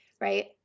right